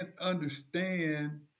understand